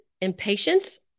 impatience